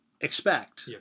expect